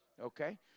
Okay